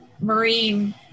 Marine